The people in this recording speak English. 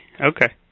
Okay